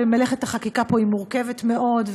ומלאכת החקיקה פה היא מורכבת מאוד,